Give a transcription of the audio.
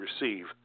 receive